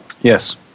Yes